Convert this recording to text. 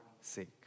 sake